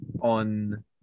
on